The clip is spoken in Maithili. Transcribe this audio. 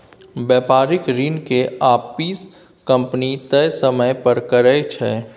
बेपारिक ऋण के आपिस कंपनी तय समय पर करै छै